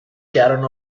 quedaron